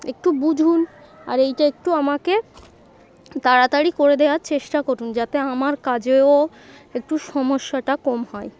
একটু বুঝুন আর এইটা একটু আমাকে তাড়াতাড়ি করে দেওয়ার চেষ্টা করুন যাতে আমার কাজেও একটু সমস্যাটা কম হয়